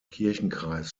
kirchenkreis